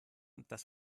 das